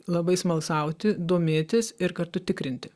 labai smalsauti domėtis ir kartu tikrinti